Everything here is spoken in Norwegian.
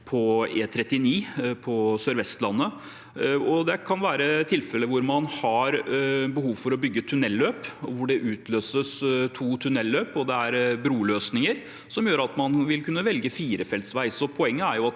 på E39 på SørVestlandet, og det kan være tilfeller hvor man har behov for å bygge tunnelløp, og hvor det utløses to tunnelløp og det er bruløsninger som gjør at man vil kunne velge firefelts vei. Poenget er at